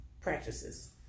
practices